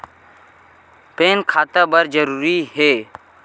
Pan खाता बर जरूरी हे?